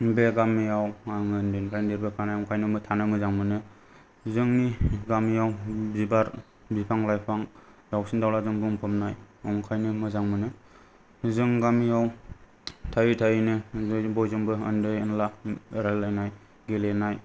बे गामियाव आं उन्दैनिफ्रायनो देरबोखानाय ओंखायनो थानो मोजां मोनो जोंनि गामियाव बिबार बिफां लाइफां दाउसिन दाउलाजों बुंफबनाय ओंखायनो मोजां मोनो जों गामियाव थायै थायैनो बिदिनो बयजोंबो उन्दै उनला रायलायनाय गेलेनाय